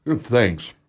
thanks